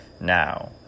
Now